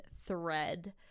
thread